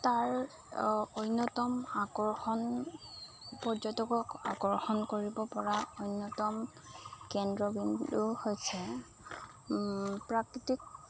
তাৰ অন্যতম আকৰ্ষণ পৰ্যটকক আকৰ্ষণ কৰিব পৰা অন্যতম কেন্দ্ৰবিন্দু হৈছে প্ৰাকৃতিক